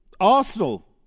arsenal